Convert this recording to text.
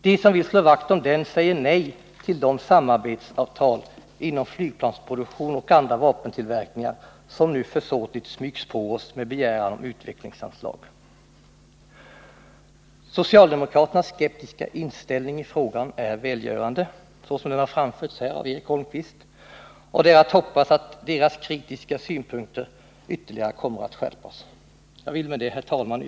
De som vill slå vakt om den säger nej till de samarbetsavtal i fråga om flygplansproduktion och andra vapentillverkningar som nu försåtligt smygs på oss med begäran om utvecklingsanslag. Socialdemokraternas skeptiska inställning till frågan. såsom den har redovisats här av Eric Holmqvist är välgörande. Det är att hoppas att deras kritiska synpunkter kommer att skärpas ytterligare. Jag vill med detta, herr talman.